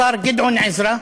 השר גדעון עזרא,